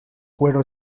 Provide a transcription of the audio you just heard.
cuero